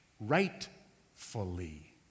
rightfully